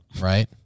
right